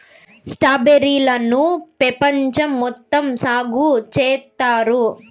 strawberry లను పెపంచం మొత్తం సాగు చేత్తారు